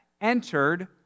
entered